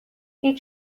هیچ